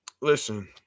listen